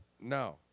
No